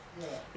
ya